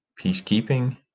Peacekeeping